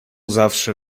zawsze